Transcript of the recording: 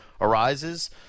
arises